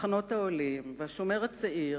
ו"מחנות העולים", ו"השומר הצעיר",